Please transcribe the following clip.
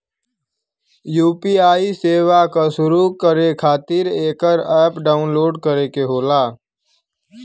UPI सेवा क शुरू करे खातिर एकर अप्प डाउनलोड करे क होला